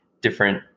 different